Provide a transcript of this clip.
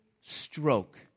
stroke